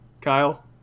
Kyle